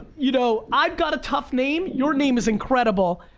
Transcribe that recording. you know, i've got a tough name, your name is incredible.